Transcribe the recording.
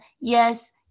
Yes